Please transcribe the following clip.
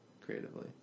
creatively